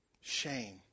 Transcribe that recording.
shame